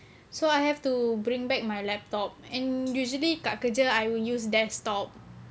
so I have to bring back my laptop and usually kat kerja I will use desktop